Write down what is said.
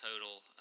total